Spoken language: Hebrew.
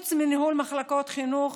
חוץ מניהול מחלקות החינוך,